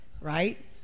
right